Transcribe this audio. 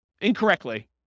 incorrectly